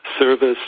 service